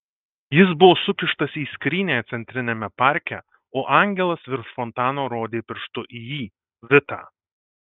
jis buvo sukištas į skrynią centriniame parke o angelas virš fontano rodė pirštu į jį vitą